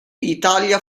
italia